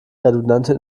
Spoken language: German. redundante